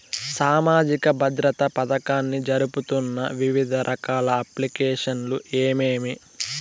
సామాజిక భద్రత పథకాన్ని జరుపుతున్న వివిధ రకాల అప్లికేషన్లు ఏమేమి?